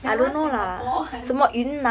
that [one] singapore [one]